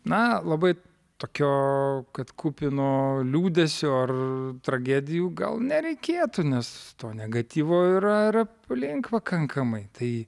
na labai tokio kad kupino liūdesio ar tragedijų gal nereikėtų nes to negatyvo yra ir aplink pakankamai tai